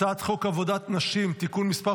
הצעת חוק עבודת נשים (תיקון מס'